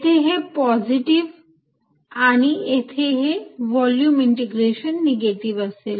येथे हे पॉझिटिव आणि येथे हे व्हॉल्युम इंटिग्रेशन निगेटिव्ह असेल